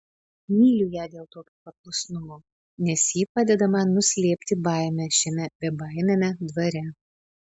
myliu ją dėl tokio paklusnumo nes ji padeda man nuslėpti baimę šiame bebaimiame dvare